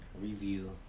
review